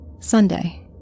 Sunday